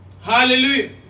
Hallelujah